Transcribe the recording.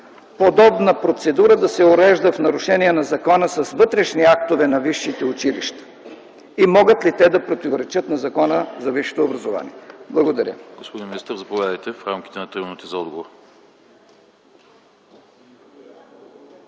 подобна процедура да се урежда в нарушение на Закона за вътрешни актове на висшите училища и могат ли те да противоречат на Закона за висшето образование? Благодаря.